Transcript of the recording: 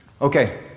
Okay